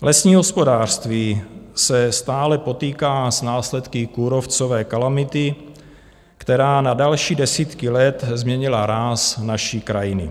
Lesní hospodářství se stále potýká s následky kůrovcové kalamity, která na další desítky let změnila ráz naší krajiny.